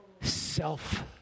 self